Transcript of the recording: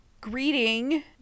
greeting